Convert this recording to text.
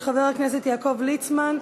של חבר הכנסת יעקב ליצמן.